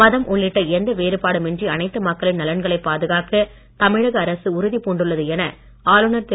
மதம் உள்ளிட்ட எந்த வேறுபாடுமின்றி அனைத்து மக்களின் நலன்களை பாதுகாக்க தமிழக அரசு உறுதிபூண்டள்ளது என ஆளுநர் திரு